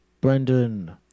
Brendan